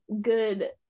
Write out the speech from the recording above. good